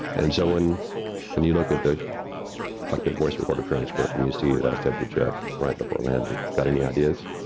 and so, when, when you look at the cockpit voice recorder transcript and you see it, i said to jeff, right before landing got any ideas?